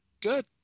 Good